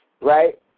right